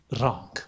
wrong